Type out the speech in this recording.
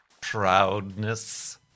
proudness